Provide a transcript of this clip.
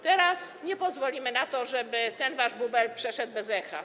Teraz nie pozwolimy na to, żeby ten wasz bubel przeszedł bez echa.